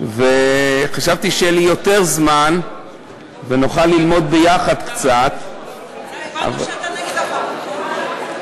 וחשבתי שיהיה לי יותר זמן ונוכל ללמוד ביחד קצת הבנו שאתה נגד החוק,